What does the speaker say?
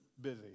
busy